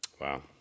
Wow